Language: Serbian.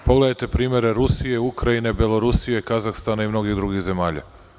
Pogledajte primere Rusije, Ukrajine, Belorusije, Kazahstana i drugih zemalja.